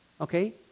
okay